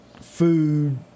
food